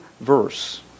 verse